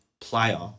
player